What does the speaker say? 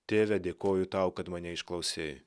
tėve dėkoju tau kad mane išklausei